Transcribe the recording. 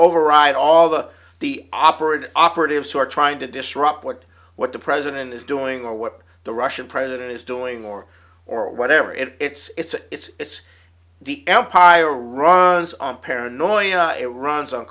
override all the the operative operatives who are trying to disrupt what what the president is doing or what the russian president is doing more or whatever it it's it's the empire runs on paranoia it runs on